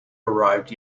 arrived